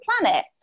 planet